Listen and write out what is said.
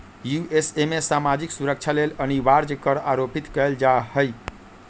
USA में सामाजिक सुरक्षा लेल अनिवार्ज कर आरोपित कएल जा हइ